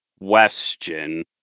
question